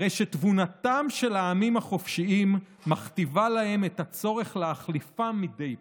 הרי שתבונתם של העמים החופשיים מכתיבה להם את הצורך להחליפם מדי פעם,